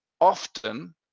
Often